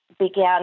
began